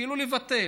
כאילו לבטל.